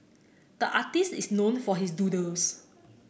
the artist is known for his doodles